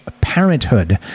parenthood